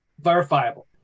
verifiable